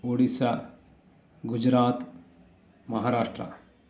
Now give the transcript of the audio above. Tamil Nadu Odisha Gujarat Maharashtra